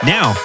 Now